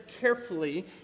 carefully